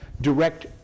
direct